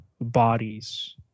bodies